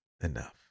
enough